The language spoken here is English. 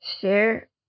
Share